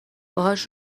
باهاش